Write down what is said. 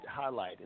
highlighted